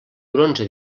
bronze